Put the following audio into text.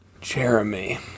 Jeremy